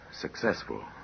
successful